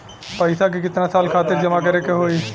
पैसा के कितना साल खातिर जमा करे के होइ?